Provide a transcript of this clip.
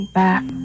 back